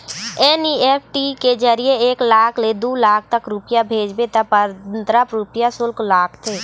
NEFT के जरिए एक लाख ले दू लाख तक रूपिया भेजबे त पंदरा रूपिया सुल्क लागथे